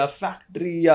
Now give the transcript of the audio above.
factory